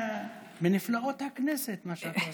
מה זה,